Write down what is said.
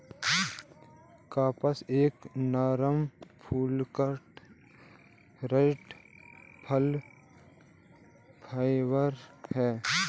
कपास एक नरम, भुलक्कड़ स्टेपल फाइबर है